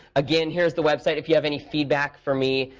again, here's the website. if you have any feedback for me,